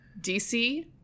DC